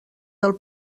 del